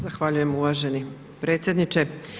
Zahvaljujem uvaženi predsjedniče.